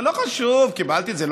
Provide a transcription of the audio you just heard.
היה אומר: לא חשוב, קיבלתי את זה.